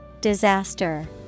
Disaster